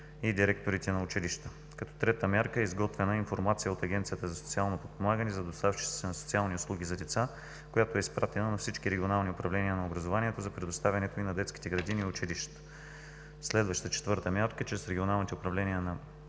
и директорите на училища. Като трета мярка е изготвена информация от Агенцията за социално подпомагане за доставчиците на социални услуги за деца, която е изпратена на всички регионални управления на образованието за предоставянето й на детските градини и училищата. Следваща, четвърта мярка: чрез регионалните управления на